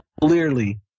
clearly